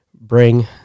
bring